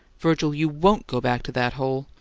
virgil, you won't go back to that hole?